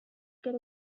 get